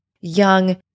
young